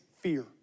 fear